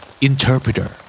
Interpreter